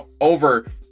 over